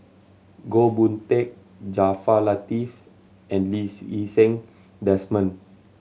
Goh Boon Teck Jaafar Latiff and Lee Seng Desmond